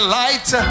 light